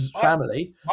family